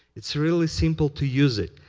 it's really simple to use it.